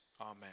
Amen